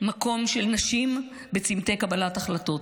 מקומן של נשים בצומתי קבלת החלטות,